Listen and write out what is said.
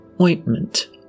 ointment